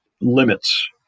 limits